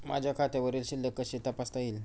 माझ्या खात्यावरील शिल्लक कशी तपासता येईल?